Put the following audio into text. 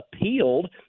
appealed